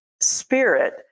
spirit